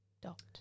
Dot